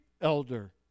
elder